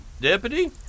Deputy